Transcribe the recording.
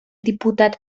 diputat